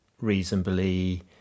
reasonably